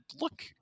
look